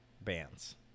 bands